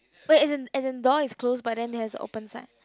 wait as in the in the door is close but it has a open sign